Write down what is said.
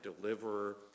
deliverer